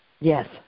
Yes